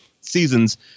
seasons